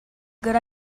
good